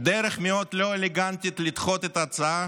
דרך מאוד לא אלגנטית לדחות את ההצעה